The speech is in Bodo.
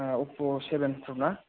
औ अफ' सेभेन प्र ना